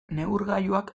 neurgailuak